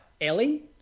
Ellie